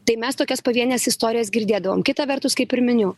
tai mes tokias pavienes istorijas girdėdavom kita vertus kaip ir miniu